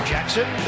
Jackson